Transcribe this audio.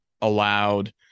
allowed